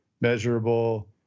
measurable